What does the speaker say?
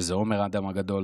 שזה עומר אדם הגדול: